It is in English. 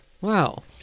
Wow